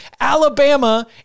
Alabama